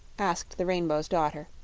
asked the rainbow's daughter,